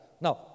Now